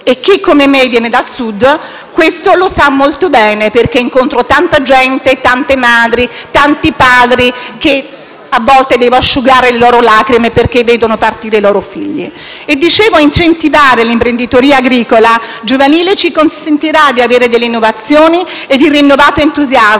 Chi come me viene dal Sud questo lo sa molto bene; io, infatti, incontro tanta gente, tante madri e tanti padri a cui a volte devo asciugare le lacrime perché vedono partire i loro figli. Incentivare l'imprenditoria agricola giovanile ci consentirà di avere innovazioni e rinnovato entusiasmo